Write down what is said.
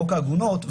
חוק העגונות,